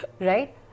Right